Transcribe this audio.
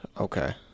Okay